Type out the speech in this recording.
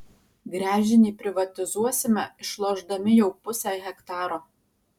gręžinį privatizuosime išlošdami jau pusę hektaro